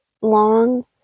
long